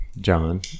John